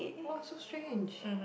!wow! so strange